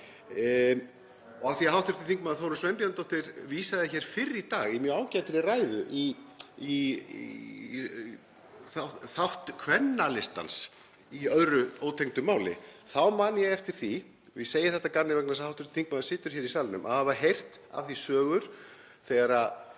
Og af því að hv. þm. Þórunn Sveinbjarnardóttir vísaði fyrr í dag í mjög ágætri ræðu í þátt Kvennalistans í öðru ótengdu máli þá man ég eftir því, og ég segi þetta að gamni vegna þess að hv. þingmaður situr hér í salnum, að hafa heyrt af því sögur þegar